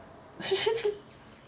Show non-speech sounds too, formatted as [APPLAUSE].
[LAUGHS]